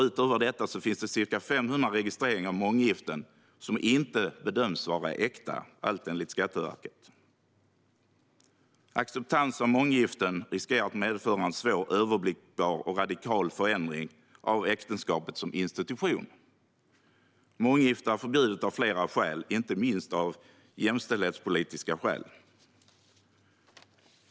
Utöver detta finns det ca 500 registreringar av månggiften som inte bedöms vara äkta - allt enligt Skatteverket. Acceptans för månggiften riskerar att medföra en svåröverblickbar och radikal förändring av äktenskapet som institution. Månggifte är förbjudet av flera skäl, inte minst jämställdhetspolitiska.